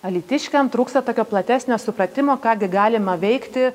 alytiškiam trūksta tokio platesnio supratimo ką gi galima veikti